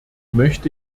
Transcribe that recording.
möchte